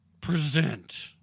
present